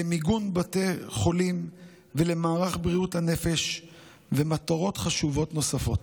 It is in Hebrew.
למיגון בתי חולים ולמערך בריאות הנפש ולמטרות חשובות נוספות.